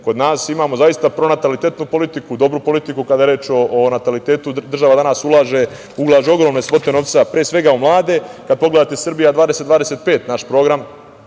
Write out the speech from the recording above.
nas imamo pronatalitetnu politiku, dobru politiku kada je reč o natalitetu. Država danas ulaže ogromne svote novca pre svega u mlade. Kada pogledate „Srbija 20-25“, naš program,